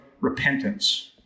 repentance